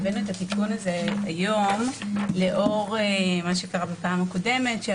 הבאנו את התיקון הזה היום לאור מה שקרה בפעם הקודמת,